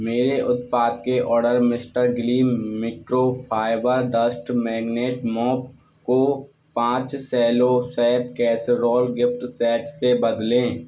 मेरे उत्पाद के order mister Gleam micro fibre dust magnet mop को पाँच Cello safe casserole gift set से बदलें